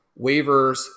waivers